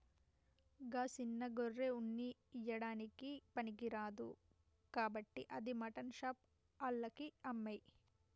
గా సిన్న గొర్రె ఉన్ని ఇయ్యడానికి పనికిరాదు కాబట్టి అది మాటన్ షాప్ ఆళ్లకి అమ్మేయి